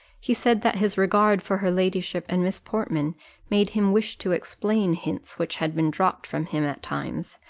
he said that his regard for her ladyship and miss portman made him wish to explain hints which had been dropped from him at times,